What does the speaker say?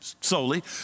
solely